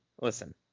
listen